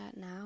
now